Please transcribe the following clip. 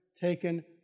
taken